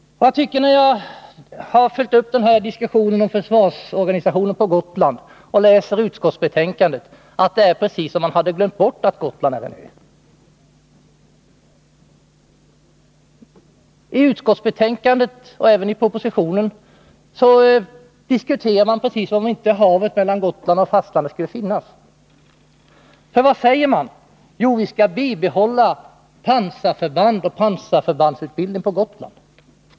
När jag har följt diskussionen om försvarsorganisationen på Gotland och läst utskottsbetänkandet, tycker jag att det är precis som om man hade glömt bort att Gotland är en ö. I utskottsbetänkandet, och även i propositionen, diskuterar man som om havet mellan Gotland och fastlandet inte skulle finnas. Vad säger man? Jo, man säger att vi skall bibehålla pansarförband och pansarförbandsutbildning på Gotland.